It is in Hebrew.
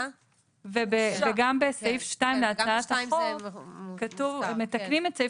וגם בסעיף 2 להצעת החוק כתוב שמתקנים את סעיף